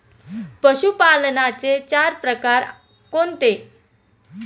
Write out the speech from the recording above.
पशुपालनाचे चार प्रकार कोणते?